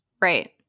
Right